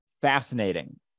fascinating